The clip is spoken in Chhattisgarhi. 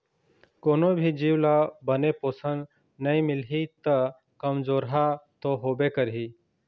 कोनो भी जीव ल बने पोषन नइ मिलही त कमजोरहा तो होबे करही